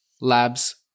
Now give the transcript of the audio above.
labs